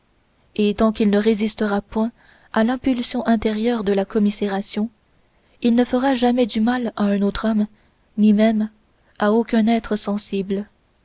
et tant qu'il ne résistera point à l'impulsion intérieure de la commisération il ne fera jamais du mal à un autre homme ni même à aucun être sensible